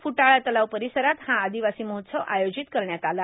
फ्टाळा तलाव परिसरात हे आदिवासी महोत्सव आयोजित करण्यात आलं आहे